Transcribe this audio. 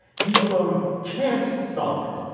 he alone can't solve it.